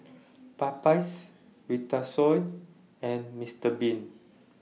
Popeyes Vitasoy and Mister Bean